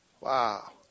Wow